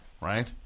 right